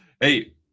Hey